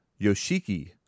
Yoshiki